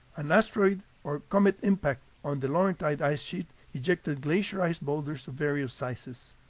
an asteroid or comet impact on the laurentide ice sheet ejected glacier ice boulders of various sizes.